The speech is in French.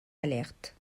alerte